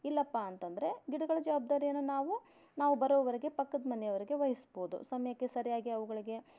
ಇಲ್ಲಪ್ಪಾ ಅಂತಂದ್ರೆ ಗಿಡಗಳ ಜವಾಬ್ದಾರಿಯನ್ನು ನಾವು ನಾವು ಬರೋವರೆಗೆ ಪಕ್ಕದ ಮನೆಯವರಿಗೆ ವಹಿಸ್ಬೋದು ಸಮಯಕ್ಕೆ ಸರಿಯಾಗಿ ಅವುಗಳಿಗೆ